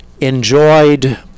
enjoyed